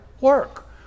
work